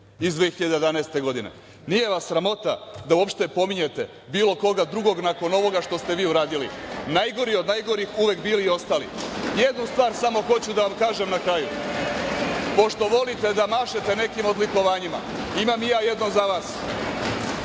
iz 2011. godine? Nije vas sramota da uopšte pominjete bilo koga drugog nakon ovoga što se vi uradili, najgori od najgorih, uvek bili i ostali i jednu stvar samo hoću da vam kažem na kraju.29/1 DJ/CG 14.50-15.00Pošto volite da mašete nekim odlikovanjima, imam i ja jedno za vas.